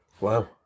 wow